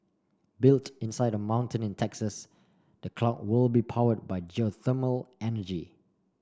built inside a mountain in Texas the clock will be powered by geothermal energy